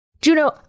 Juno